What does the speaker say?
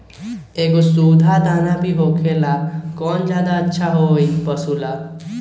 एगो सुधा दाना भी होला कौन ज्यादा अच्छा होई पशु ला?